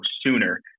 sooner